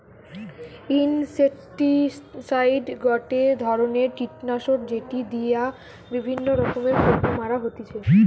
insecticide গটে ধরণের কীটনাশক যেটি দিয়া বিভিন্ন রকমের পোকা মারা হতিছে